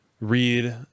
read